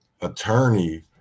attorney